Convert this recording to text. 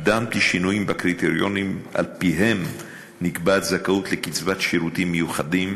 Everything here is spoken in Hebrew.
קידמתי שינויים בקריטריונים שעל-פיהם נקבעת זכאות לקצבת שירותים מיוחדים